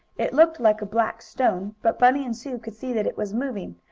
it looked like a black stone, but bunny and sue could see that it was moving,